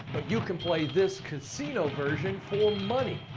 you can play this casino version for money!